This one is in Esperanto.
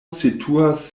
situas